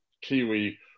Kiwi